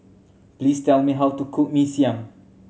please tell me how to cook Mee Siam